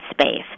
space